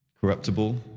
Corruptible